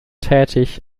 tätig